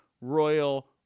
Royal